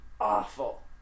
awful